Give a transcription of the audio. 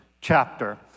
chapter